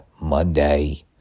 Monday